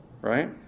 right